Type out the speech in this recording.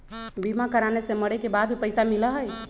बीमा कराने से मरे के बाद भी पईसा मिलहई?